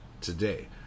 today